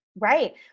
Right